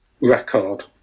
record